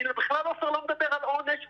אני בכלל לא מדבר על עונש,